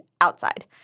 outside